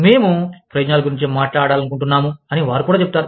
మేము ప్రయోజనాల గురించి మాట్లాడాలనుకుంటున్నాము అని వారు కూడా చెప్తారు